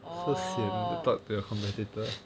oh